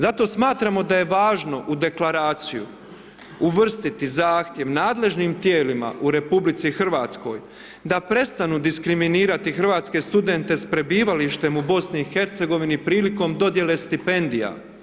Zato smatram da je važno u Deklaraciju uvrstiti zahtjev nadležnim tijelima u RH da prestanu diskriminirati hrvatske studente sa prebivalištem u BiH prilikom dodjele stipendija.